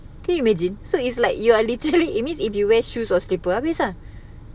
can you imagine so it's like you are literally it means if you wear shoes or slippers habis lah